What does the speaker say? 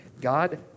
God